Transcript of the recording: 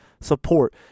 support